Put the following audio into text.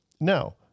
Now